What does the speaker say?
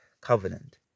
covenant